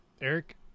Eric